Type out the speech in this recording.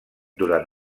durant